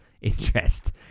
interest